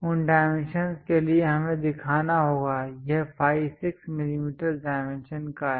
उन डाइमेंशंस के लिए हमें दिखाना होगा यह फाई 6 मिलीमीटर्स डायमेंशन का है